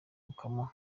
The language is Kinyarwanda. ukamuha